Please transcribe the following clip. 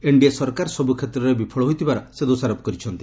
NDA ସରକାର ସବୁ କ୍ଷେତ୍ରରେ ବିଫଳ ହୋଇଥିବାର ସେ ଦୋଷାରୋପ କରିଛନ୍ତି